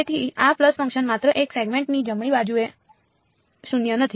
તેથી આ pulse function માત્ર એક સેગમેન્ટની જમણી બાજુએ શૂન્ય નથી